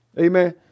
Amen